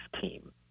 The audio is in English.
team